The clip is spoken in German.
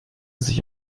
sich